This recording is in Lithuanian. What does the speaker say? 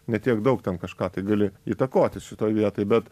ne tiek daug ten kažką tai gali įtakoti šitoj vietoj bet